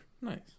Nice